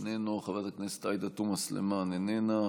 איננו,